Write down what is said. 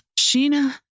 Sheena